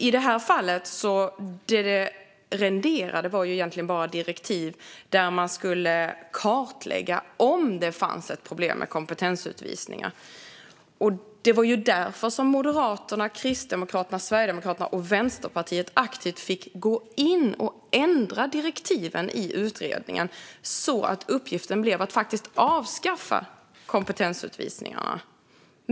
I det här fallet renderade det egentligen bara i direktiv att kartlägga om det fanns ett problem med kompetensutvisningar. Det var ju därför Moderaterna, Kristdemokraterna, Sverigedemokraterna och Vänsterpartiet aktivt fick gå in och ändra direktiven i utredningen så att uppgiften blev att faktiskt avskaffa kompetensutvisningarna.